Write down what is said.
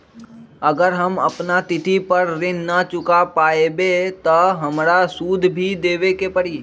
अगर हम अपना तिथि पर ऋण न चुका पायेबे त हमरा सूद भी देबे के परि?